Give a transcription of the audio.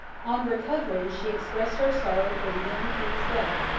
on recovering, she expressed her sorrow for the young king's death,